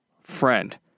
friend